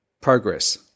progress